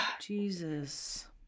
Jesus